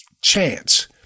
chance